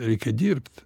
reikia dirbt